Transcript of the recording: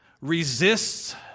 resists